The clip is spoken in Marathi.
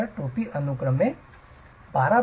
तर कॅप अनुक्रमे 12